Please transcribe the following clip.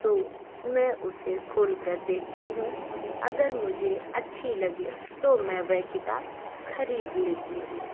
तो मैं उसे खोल कर देखती हूँ अगर मुझे अच्छी लगे तो मैं वह किताब खरीद लेती हूँ